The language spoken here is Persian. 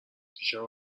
دیشب